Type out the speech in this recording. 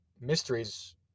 mysteries